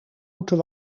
moeten